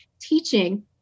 teaching